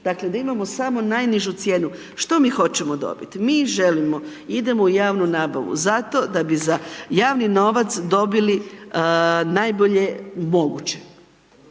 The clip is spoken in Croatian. dakle da imamo samo najnižu cijenu. Što mi hoćemo dobiti? Mi želimo i idemo u javnu nabavu zato da bi za javni novac dobili najbolje moguće,